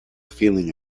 feeling